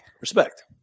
Respect